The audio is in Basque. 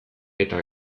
eta